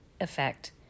effect